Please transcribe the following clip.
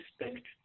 respect